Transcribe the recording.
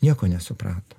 nieko nesuprato